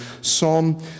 psalm